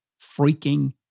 freaking